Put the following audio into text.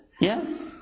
Yes